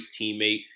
teammate